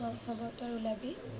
অঁ হ'ব তই ওলাবি